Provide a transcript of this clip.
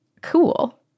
cool